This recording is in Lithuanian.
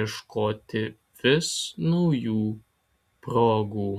ieškoti vis naujų progų